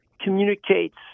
communicates